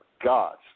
gods